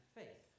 faith